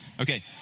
Okay